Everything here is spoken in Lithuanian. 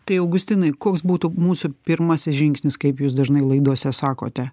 tai augustinai koks būtų mūsų pirmasis žingsnis kaip jūs dažnai laidose sakote